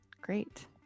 Great